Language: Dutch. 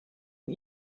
een